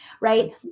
right